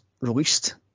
released